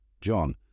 John